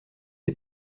ses